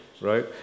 right